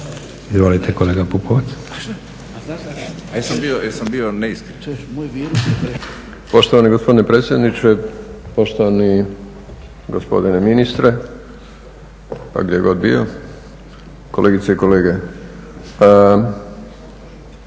Izvolite kolega Pupovac. **Pupovac, Milorad (SDSS)** Poštovani gospodine predsjedniče, poštovani gospodine ministre pa gdje god bio, kolegice i kolege.